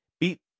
beat